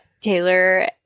Taylor